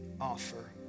offer